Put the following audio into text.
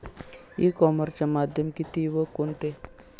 E कॉमर्सचे माध्यम किती व कोणते?